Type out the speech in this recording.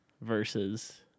Versus